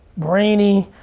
brady,